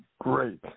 great